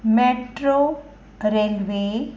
metro railway